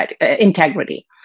integrity